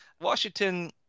Washington